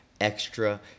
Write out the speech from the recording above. Extra